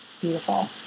Beautiful